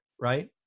right